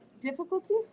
difficulty